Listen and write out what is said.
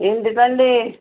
ఎందుకండీ